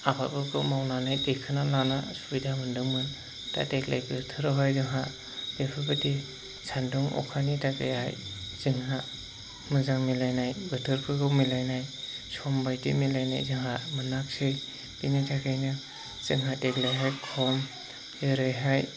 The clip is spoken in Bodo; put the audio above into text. आबादफोरखौ मावनानै दिखोना लानो सुबिदा मोन्दोंमोन दा देग्लाय बोथोरावहाय जोंहा बेफोरबायदि सान्दुं अखानि थाखायहाय जोंहा मोजां मिलायनाय बोथोरफोरखौ मिलायनाय सम बायदि मिलायनाय जोंहा मोनाखसै बिनि थाखायनो जोंहा देग्लायहाय खम जेरैहाय